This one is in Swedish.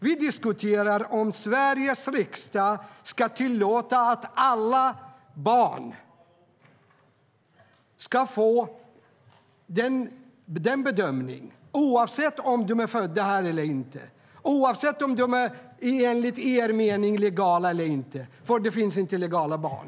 Vi diskuterar om Sveriges riksdag ska tillåta att alla barn ska få den bedömningen, oavsett om de är födda här eller inte, oavsett om de enligt Sverigedemokraterna är så kallade illegala eller inte - det finns nämligen inte illegala barn.